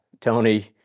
Tony